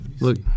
Look